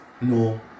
No